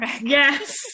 Yes